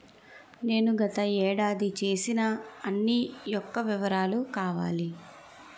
నేను గత ఏడాది చేసిన అన్ని యెక్క వివరాలు కావాలి?